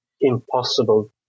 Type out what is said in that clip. impossible